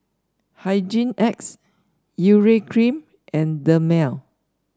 Hygin X Urea Cream and Dermale